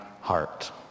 heart